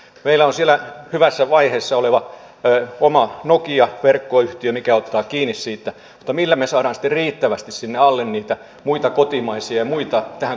meillä on siellä hyvässä vaiheessa oleva oma nokia verkkoyhtiö joka ottaa kiinni siitä mutta millä me saamme sitten riittävästi sinne alle niitä muita kotimaisia ja muita tähän konsortioon